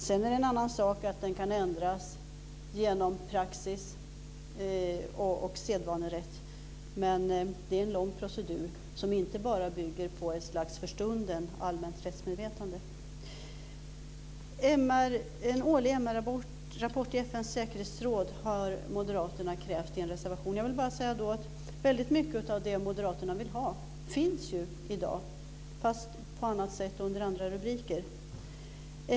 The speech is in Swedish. Sedan är det en annan sak att den kan ändras genom praxis och sedvanerätt, men det är en lång procedur som inte bara bygger på ett allmänt rättsmedvetande som finns för stunden. En årlig MR-rapport i FN:s säkerhetsråd har moderaterna krävt i en reservation. Jag vill bara säga att väldigt mycket av det moderaterna vill ha finns i dag, fast på annat sätt och under andra rubriker.